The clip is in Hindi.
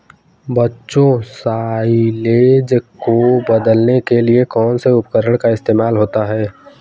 बच्चों साइलेज को बदलने के लिए कौन से उपकरण का इस्तेमाल होता है?